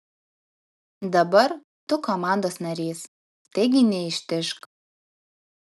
dabar tu komandos narys taigi neištižk